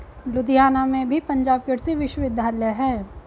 लुधियाना में भी पंजाब कृषि विश्वविद्यालय है